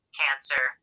cancer